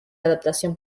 adaptación